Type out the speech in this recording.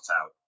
out